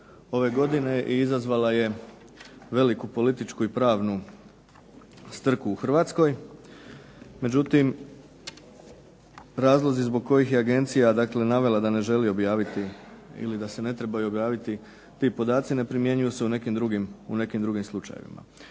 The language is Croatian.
ove godine i izazvala je veliku političku i pravnu strku u Hrvatskoj, međutim razlozi zbog kojih je agencija dakle navela da ne želi objaviti, ili da se ne trebaju objaviti ti podaci ne primjenjuju se u nekim drugim slučajevima.